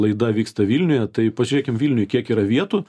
laida vyksta vilniuje tai pažiūrėkim vilniuj kiek yra vietų